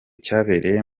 cyabereye